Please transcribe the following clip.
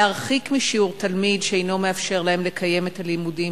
להרחיק משיעור תלמיד שאינו מאפשר להם לקיים את הלימודים,